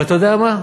ואתה יודע מה?